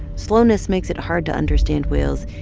slowness makes it hard to understand whales,